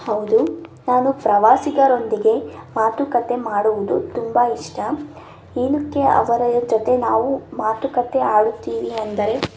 ಹೌದು ನಾನು ಪ್ರವಾಸಿಗರೊಂದಿಗೆ ಮಾತುಕತೆ ಮಾಡುವುದು ತುಂಬಾ ಇಷ್ಟ ಏನ್ನಕ್ಕೆ ಅವರ ಜೊತೆ ನಾವು ಮಾತುಕತೆ ಆಡುತ್ತೀವಿ ಅಂದರೆ